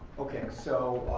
okay, so